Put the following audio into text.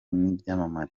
n’ibyamamare